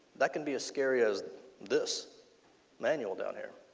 that could be as scary as this manual down here.